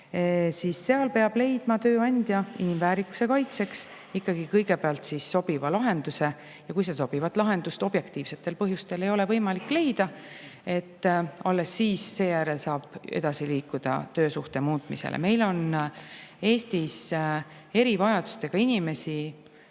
siis seal peab leidma tööandja inimväärikuse kaitseks kõigepealt sobiva lahenduse. Ja kui sobivat lahendust objektiivsetel põhjustel ei ole võimalik leida, alles seejärel saab edasi liikuda töösuhte muutmisele. Meil on Eestis erivajadustega inimesi